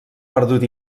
perdut